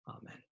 Amen